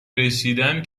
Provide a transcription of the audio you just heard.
رسیدن